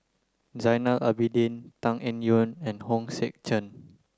Zainal Abidin Tan Eng Yoon and Hong Sek Chern